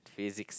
Physics